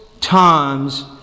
times